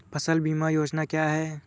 फसल बीमा योजना क्या है?